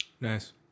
Nice